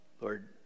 Lord